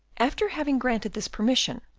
after having granted this permission,